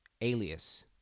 Alias